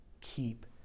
keep